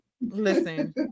Listen